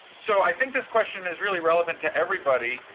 so, i think this question is really relevant to everybody,